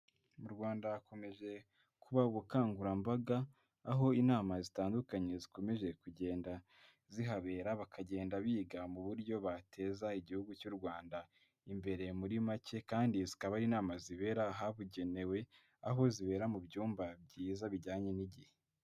Mu Rwanda hakomeje kuba ubukangurambaga, aho inama zitandukanye zikomeje kugenda zihabera, bakagenda biga mu buryo bateza igihugu cy'u Rwanda imbere muri make kandi zikaba ari inama zibera ahabugenewe, aho zibera mu byumba byiza bijyanye n'igihe.